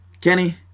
Kenny